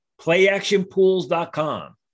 Playactionpools.com